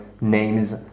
names